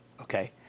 okay